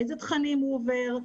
איזה תכנים הוא מקבל,